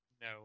No